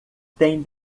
têm